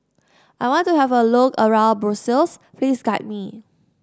I want to have a look around Brussels Please guide me